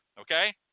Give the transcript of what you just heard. okay